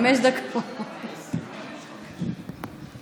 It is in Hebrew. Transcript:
גברתי היושבת-ראש,